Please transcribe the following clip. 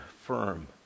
firm